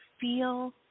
feel